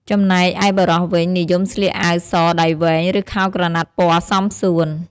ចំណែកឯបុរសវិញ និយមស្លៀកអាវសដៃវែង ឬខោក្រណាត់ពណ៌សមសួន។